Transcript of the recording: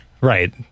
Right